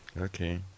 Okay